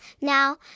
now